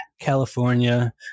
California